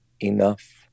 enough